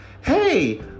Hey